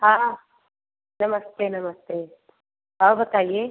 हाँ नमस्ते नमस्ते और बताइए